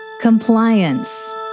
Compliance